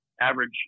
average